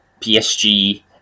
PSG